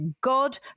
god